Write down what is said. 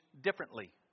differently